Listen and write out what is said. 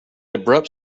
abrupt